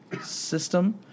system